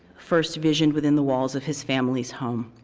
first vision within the walls of his family's home.